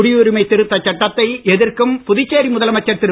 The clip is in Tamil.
குடியுரிமை திருத்தச் சட்டத்தை எதிர்க்கும் புதுச்சேரி முதலமைச்சர் திரு